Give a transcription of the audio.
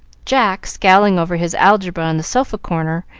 jack scowling over his algebra in the sofa corner,